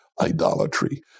idolatry